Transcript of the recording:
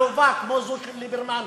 עלובה, כמו זו של ליברמן,